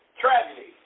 tragedy